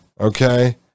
okay